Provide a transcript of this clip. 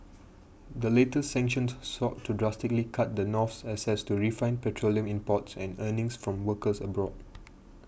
the latest sanctions sought to drastically cut the North's access to refined petroleum imports and earnings from workers abroad